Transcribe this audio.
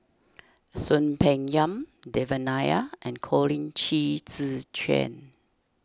Soon Peng Yam Devan Nair and Colin Qi Zhe Quan